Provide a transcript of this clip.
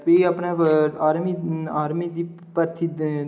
फ्ही अपने army army दी भर्थी